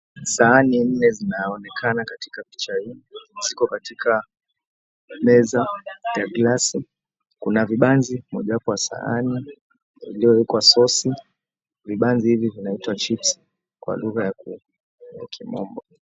Sahani nne zinaonekana katika picha hii, ziko katika meza ya glasi. Kuna vibanzi mojawapo ya sahani iliyoekwa sauci . Vibanzi hivi vinaitwa chips kwa lugha ya Kimombo.